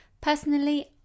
Personally